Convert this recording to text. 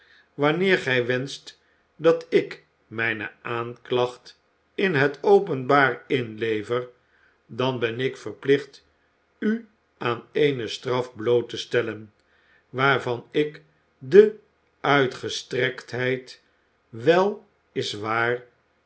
wanneer gij wenscht dat ik mijne aanklacht in het openbaar inlever dan ben ik verplicht u aan eene straf bloot te stellen waarvan ik de uitgestrektheid wel is waar